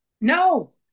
No